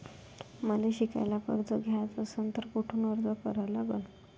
मले शिकायले कर्ज घ्याच असन तर कुठ अर्ज करा लागन?